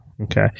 Okay